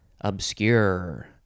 obscure